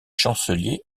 chancelier